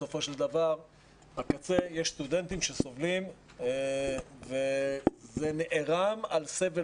בסופו של דבר בקצה יש סטודנטים שסובלים וזה נערם על סבל